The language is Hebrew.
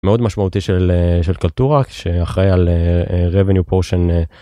מאוד משמעותי של של קלטורה שאחראי על רבניו פורשן.